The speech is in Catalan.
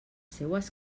seues